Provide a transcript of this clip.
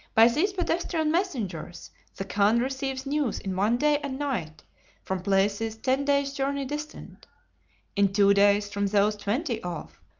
by these pedestrian messengers the khan receives news in one day and night from places ten days' journey distant in two days from those twenty off,